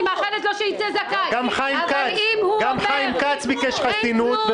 אני מאחלת לו שיצא זכאי --- גם חיים כץ ביקש חסינות,